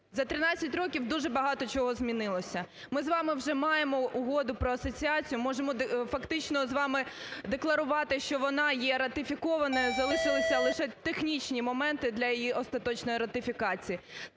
За 13 років дуже багато чого змінилося. Ми з вами вже маємо Угоду про асоціацію, можемо фактично з вами декларувати, що вона є ратифікованою, залишилися лише технічні моменти для її остаточної ратифікації.